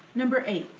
number eight.